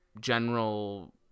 general